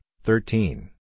thirteen